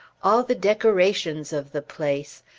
all the decorations of the place,